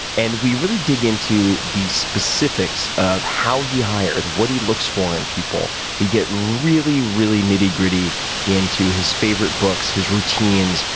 and we really dig into the specifics of how he hires, hires, what he looks for in people. we get really, really nitty gritty into his favorite books, his routines,